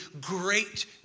great